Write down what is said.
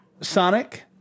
Sonic